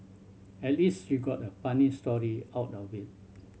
at least she got a funny story out of it